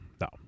no